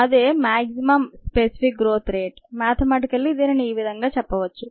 అదే maximum specific growth rate mathematically దీనిని ఈ విధంగా చెప్పవచ్చు